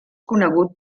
conegut